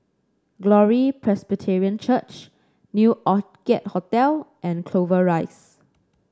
Glory Presbyterian Church New Orchid Hotel and Clover Rise